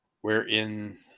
wherein